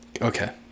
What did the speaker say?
okay